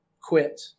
quit